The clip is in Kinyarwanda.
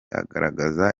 agaragaza